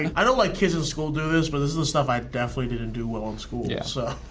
and i know like kids in school do this, but this is the stuff i definitely didn't do well in school. yeah. so.